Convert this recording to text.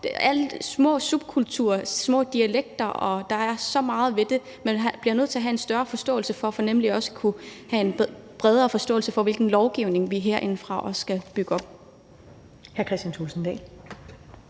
og små subkulturer, små dialekter. Der er så meget ved det. Man bliver nødt til at have en større forståelse for det for netop også at kunne have en bredere forståelse af, hvilken lovgivning vi herindefra skal bygge op.